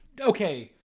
Okay